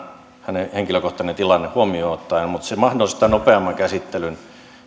hänen henkilökohtainen tilanteensa huomioon ottaen mutta se mahdollistaa nopeamman käsittelyn